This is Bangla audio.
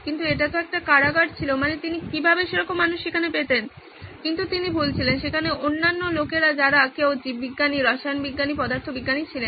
কিন্তু এটাতো একটা কারাগার ছিল মানে তিনি কীভাবে সেরকম মানুষ সেখানে পেতেন কিন্তু তিনি ভুল ছিলেন সেখানে অন্যান্য লোকেরা যারা কেউ জীববিজ্ঞানী রসায়ন বিজ্ঞানী পদার্থবিজ্ঞানী ছিলেন